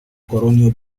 colonial